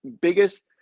biggest